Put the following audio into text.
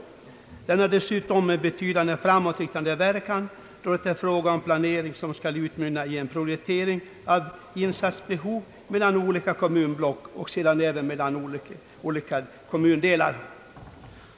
Den har dessutom en betydande framåtriktande verkan då det är fråga om planering som skall utmynna i en prioritering av insatsbehov mellan olika kommunblock och sedan även mellan olika kommundelar.